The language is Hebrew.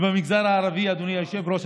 ובמגזר הערבי, אדוני היושב-ראש,